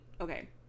Okay